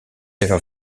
alors